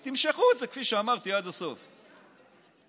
אז תמשכו את זה עד הסוף, כפי שאמרתי.